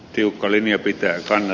tiukka linja pitää panna